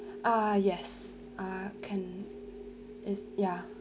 uh yes uh can it's ya